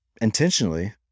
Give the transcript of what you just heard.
intentionally